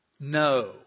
no